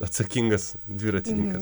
atsakingas dviratininkas